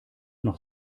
noch